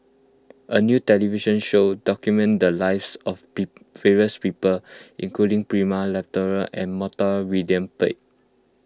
a new television show documented lives of pee various people including Prema Letchumanan and Montague William Pett